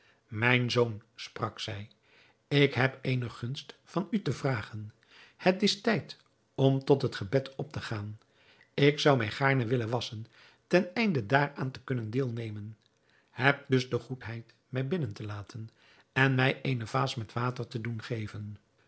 mijn zoon sprak zij ik heb eene gunst van u te vragen het is tijd om tot het gebed op te gaan ik zou mij gaarne willen wasschen ten einde daaraan te kunnen deelnemen heb dus de goedheid mij binnen te laten en mij eene vaas met water te doen geven